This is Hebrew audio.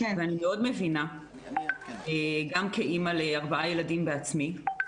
ואני מבינה מאוד, גם כאימא לארבעה ילדים בעצמי.